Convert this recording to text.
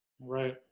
Right